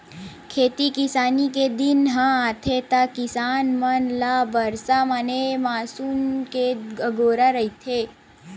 खेती किसानी के दिन ह आथे त किसान मन ल बरसा माने मानसून के अगोरा रहिथे